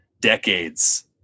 decades